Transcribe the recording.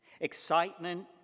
Excitement